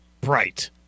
bright